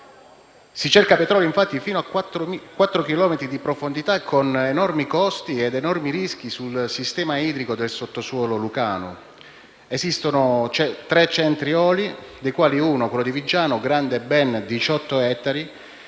si cerca petrolio fino a 4 chilometri di profondità, con enormi costi ed enormi rischi sul sistema idrico del sottosuolo lucano; esistono tre centri oli, dei quali uno, quello di Viggiano, grande ben 18 ettari,